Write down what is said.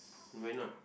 no why not